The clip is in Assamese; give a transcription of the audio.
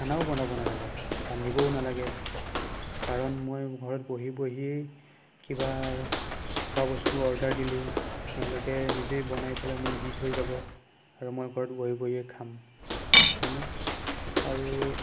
খানাও বনাব নালাগে ৰান্ধিবও নালাগে কাৰণ মই ঘৰত বহি বহিয়ে কিবা খোৱা বস্তু অৰ্ডাৰ দিলোঁ তেওঁলোকে নিজে বনাই পেলাই মোক দি থৈ যাব আৰু মই ঘৰত বহি বহিয়ে খাম হয়নে আৰু